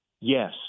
yes